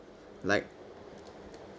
like